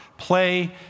play